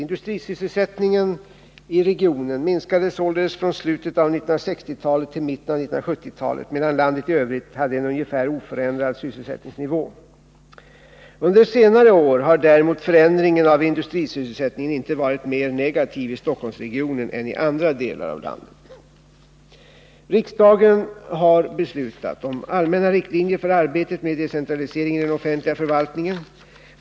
Industrisysselsättningen i regionen minskade således från slutet av 1960-talet till mitten av 1970-talet, medan landet i övrigt hade en ungefär oförändrad sysselsättningsnivå. Under senare år har däremot förändringen av industrisysselsättningen inte varit mer negativ i Stockholmsregionen än i andra delar av landet. Riksdagen har beslutat om allmänna riktlinjer för arbetet med decentralisering i den offentliga förvaltningen .